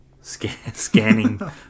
scanning